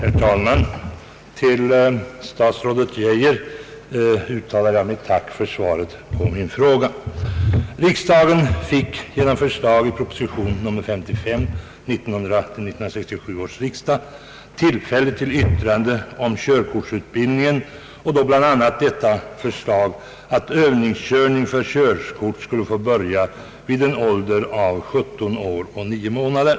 Herr talman! Till statsrådet Geijer uttalar jag mitt tack för svaret på min fråga. Riksdagen fick genom förslag i propositionen nr 55 till 1967 års riksdag tillfälle att yttra sig om körkortsutbildningen. Förslaget innebar bland annat att övningskörning för körkort skulle få börja vid en ålder av 17 år 9 månader.